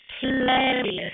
hilarious